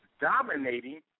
dominating